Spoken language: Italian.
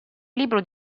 libro